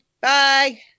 Bye